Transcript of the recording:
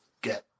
get